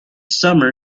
summer